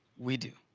we do.